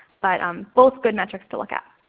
but um both good metrics to look at.